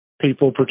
people